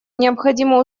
необходима